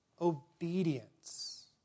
obedience